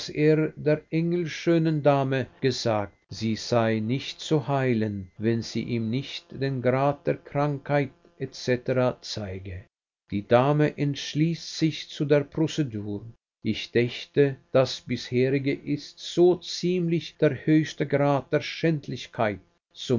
der engelschönen dame gesagt sie sei nicht zu heilen wenn sie ihm nicht den grad der krankheit et cetera zeige die dame entschließt sich zu der prozedur ich dächte das bisherige ist so ziemlich der höchste grad der schändlichkeit